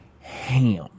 ham